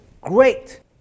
great